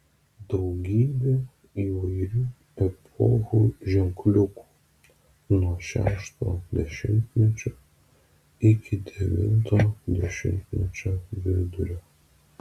daugybė įvairių epochų ženkliukų nuo šešto dešimtmečio iki devinto dešimtmečio vidurio